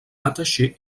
attachée